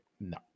No